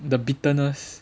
the bitterness